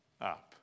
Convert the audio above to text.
up